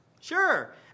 Sure